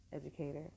educator